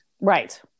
right